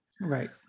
Right